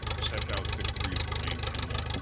check out six wayne campbell.